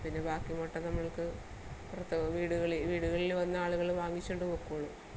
പിന്നെ ബാക്കി മുട്ട നമുക്ക് അപ്പുറത്തെ വീടുകളിൽ വീടുകളിൽ വന്ന ആളുകൾ വാങ്ങിച്ചോണ്ട് പോയിക്കൊളും